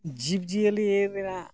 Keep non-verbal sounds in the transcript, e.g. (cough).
ᱡᱤᱵᱽ ᱡᱤᱭᱟᱹᱞᱤ (unintelligible)